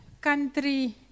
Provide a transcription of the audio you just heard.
country